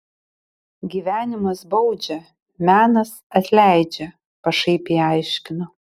gyvenimas baudžia menas atleidžia pašaipiai aiškino